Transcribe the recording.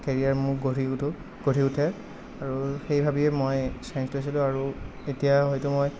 career মোৰ গঢ়ি উঠো গঢ়ি উঠে আৰু সেই ভাবিয়েই মই ছাইন্স লৈছিলোঁ আৰু এতিয়া হয়টো মই